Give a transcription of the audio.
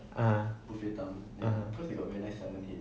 ah ya